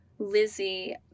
Lizzie